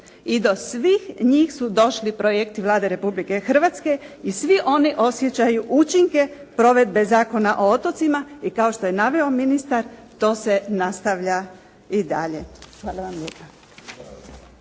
I do svih njih su došli projekti Vlade Republike Hrvatske i svi oni osjećaju učinke provedbe Zakona o otocima i kao što je naveo ministar to se nastavlja i dalje. Hvala vam lijepa.